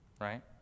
right